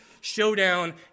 showdown